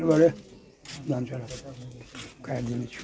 बउवा रे काटि देने छियौ